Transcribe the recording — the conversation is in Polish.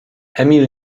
emil